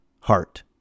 heart